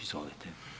Izvolite.